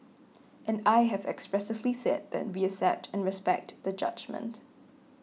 and I have expressively said that we accept and respect the judgement